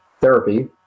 therapy